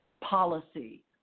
policy